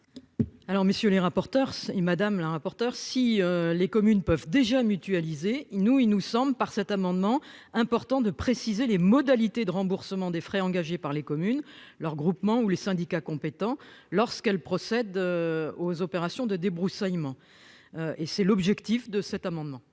Alors messieurs les rapporteurs si madame la un porteur si les communes peuvent déjà mutualisé nous il nous semble par cet amendement important de préciser les modalités de remboursement des frais engagés par les communes et leurs groupements où les syndicats compétent lorsqu'elles procèdent. Aux opérations de débroussaillement. Et c'est l'objectif de cet amendement.